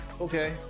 okay